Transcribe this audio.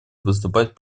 выступать